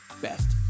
best